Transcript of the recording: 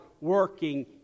working